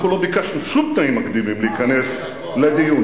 אנחנו לא ביקשנו שום תנאים מקדימים להיכנס לדיון.